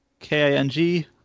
K-I-N-G